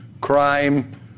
crime